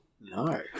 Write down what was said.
No